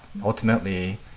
ultimately